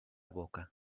boca